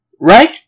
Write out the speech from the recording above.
right